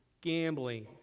gambling